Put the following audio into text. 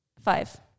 Five